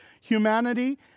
humanity